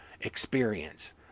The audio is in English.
experience